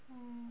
mm